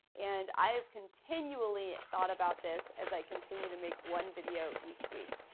and i have continually thought about this, as i continue to make one video each week.